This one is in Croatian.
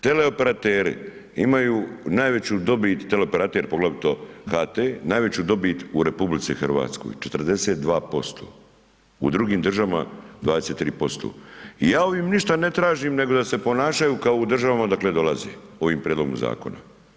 Teleoperateri imaju najveću dobit teleoperater, poglavito HT, najveću dobit u RH, 42%, u drugim državama 23% i ja ovim ništa ne tražim, nego da se ponašaju kao u državama odakle dolaze, ovim prijedlogom zakona.